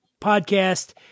podcast